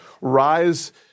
rise